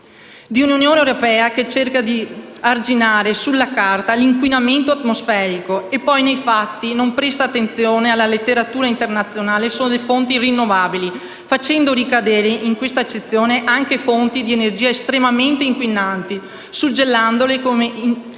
Unione europea cerca di arginare, sulla carta, l'inquinamento atmosferico e poi nei fatti non presta attenzione alla letteratura internazionale sulle fonti rinnovabili, facendo ricadere in questa accezione anche fonti di energia estremamente inquinanti, suggellandole con ingenti